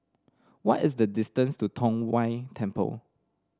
what is the distance to Tong Whye Temple